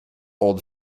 old